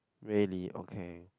really okay